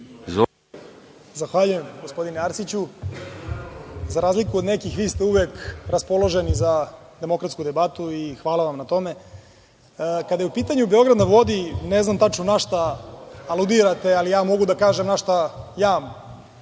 Zahvaljujem, gospodine Arsiću.Za razliku od nekih, vi ste uvek raspoloženi za demokratsku debatu i hvala vam na tome. Kada je u pitanju „Beograd na vodi“, ne znam tačno na šta aludirate, ali ja mogu da kažem na šta ja